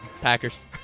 Packers